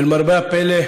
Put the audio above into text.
למרבה הפלא,